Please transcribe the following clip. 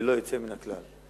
ללא יוצא מן הכלל.